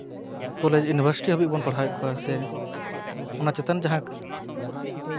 college university ᱦᱟᱹᱵᱤᱡ ᱵᱚᱱ ᱯᱟᱲᱦᱟᱣᱮᱫ ᱠᱚᱣᱟ ᱥᱮ ᱚᱱᱟ ᱪᱮᱛᱟᱱ ᱡᱟᱦᱟᱸ